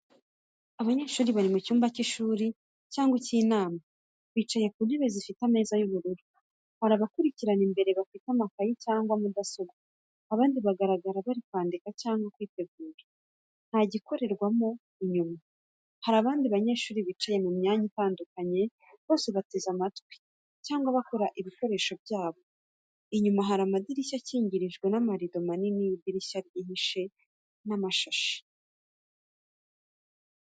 Abanyeshuri bari mu cyumba cy’ishuri cyangwa icy’inama, bicaye ku ntebe zifite ameza y’ubururu. Hari abakurikirana imbere bafite amakayi cyangwa mudasobwa, abandi bagaragara bari kwandika cyangwa kwitegura. Ntagikorerwaho inyuma, hari abandi banyeshuri bicaye mu myanya itandukanye, bose bateze amatwi cyangwa bakora mu bikoresho byabo. Inyuma hari amadirishya akingirijwe n'amarido manini y’idirishya ryihishe n’amashashi.